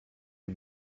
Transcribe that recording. est